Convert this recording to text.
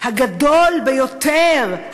מידידנו הגדול ביותר,